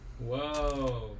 Whoa